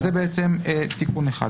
זה תיקון אחד.